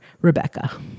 Rebecca